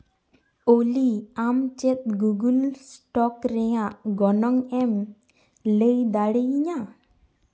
ᱚᱞᱤ ᱟᱢ ᱪᱮᱫ ᱜᱩᱜᱚᱞ ᱥᱴᱚᱠ ᱨᱮᱭᱟᱜ ᱜᱚᱱᱚᱝ ᱮᱢ ᱞᱟᱹᱭ ᱫᱟᱲᱮᱭᱟᱹᱧᱟ